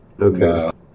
Okay